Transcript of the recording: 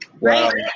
right